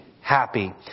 happy